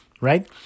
right